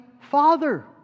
father